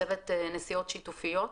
צוות נסיעות שיתופיות,